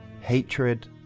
hatred